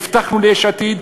הבטחנו ליש עתיד,